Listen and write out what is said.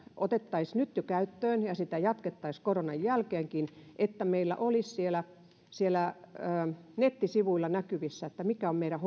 otettaisiin nyt jo käyttöön se ja sitä jatkettaisiin koronan jälkeenkin että meillä olisi siellä siellä nettisivuilla näkyvissä mitkä ovat meidän